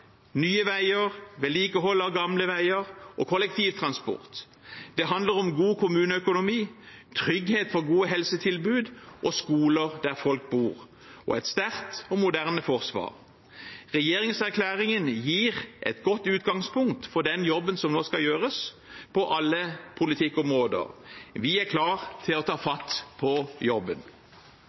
nye veier, vedlikehold av gamle veier og kollektivtransport. Det handler om god kommuneøkonomi, trygghet for gode helsetilbud og skoler der folk bor, og et sterkt og moderne forsvar. Regjeringserklæringen gir et godt utgangspunkt for den jobben som nå skal gjøres på alle politikkområder. Vi er klar til å ta fatt på jobben.